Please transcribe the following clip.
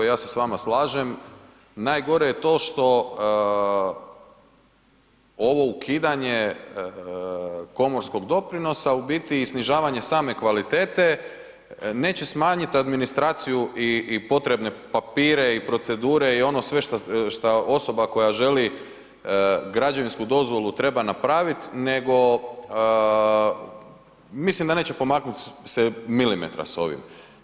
Ja se s vama slažem, najgore je to što ovo ukidanje komorskog doprinosa u biti i snižavanje i same kvalitete neće smanjiti administraciju i potrebne papire i procedure i ono sve što osoba koja želi građevinsku dozvolu treba napraviti nego mislim da neće pomaknuti se milimetra s ovim.